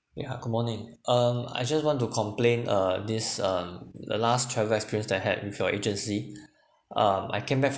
yeah good morning um I just want to complain uh this um the last travel experience that I had with your agency um I came back